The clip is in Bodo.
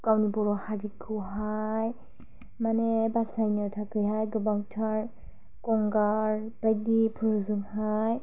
गावनि बर' हारिखौ हाय माने बासायनो थाखाय हाय गोबांथार गंगार बायदिफोरजों हाय